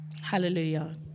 Hallelujah